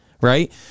right